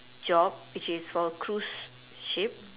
job which is for a cruise ship